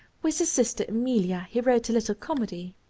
with his sister emilia he wrote a little comedy.